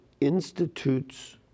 institutes